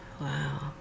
Wow